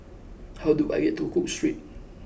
how do I get to Cook Street